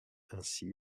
ainsi